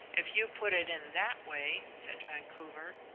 if you put it in that way, said vancouver.